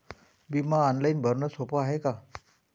बिमा ऑनलाईन भरनं सोप हाय का?